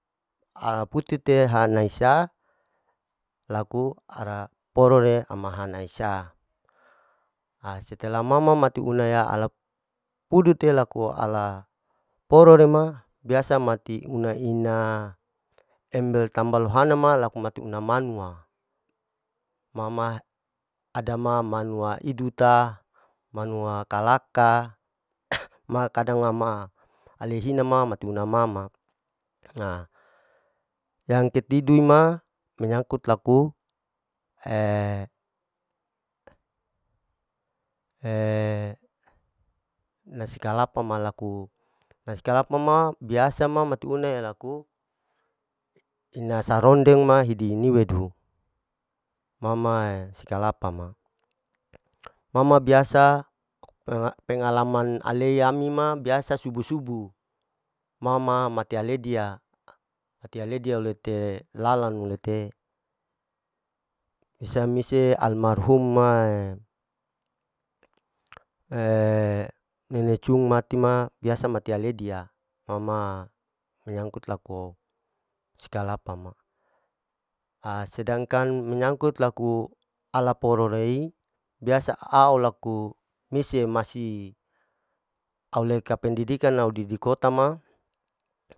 Hla putete hana hisa laku ara porore ama hana hisa setela ma ma mate una ya ala pudete laku ala pororema biasa mati una ina ember tambal lohana, ma laku mati una manwa ma ma ada ma manwa iduta manwa kalaka, makadang ma ma aleihina ma mati una ma ma yang ke tidui ma menyangkut laku nasi kalapa ma laku nasi kalapa na biasa ma matiuna laku ina sarondeng ma hidi ini widu ma mae nasi kalapa ma, ma ma biasa pengalaman alei ami ma biasa subu-subu, ma ma mate aledia, mati aledi aulete lala nu lete his amise alamrhum ma nene cum mati ma biasa mati aledia, ma ma menyangkut lako si kalapa ma, a sedangkan menyangkut laku ala prorei biasa au laku mise masi au leka pendidikan au didikota ma.